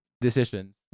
decisions